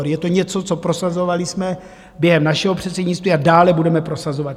Je to něco, co jsme prosazovali během našeho předsednictví a dále budeme prosazovat.